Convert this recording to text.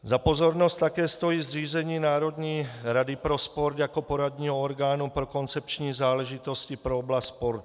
Za pozornost také stojí zřízení Národní rady pro sport jako poradního orgánu pro koncepční záležitosti pro oblast sportu.